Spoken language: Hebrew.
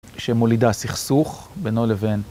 שמולידה סכסוך בינו לבין...